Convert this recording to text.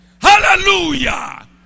Hallelujah